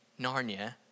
narnia